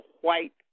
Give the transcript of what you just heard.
white